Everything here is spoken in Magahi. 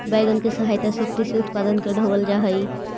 वैगन के सहायता से कृषि उत्पादन के ढोवल जा हई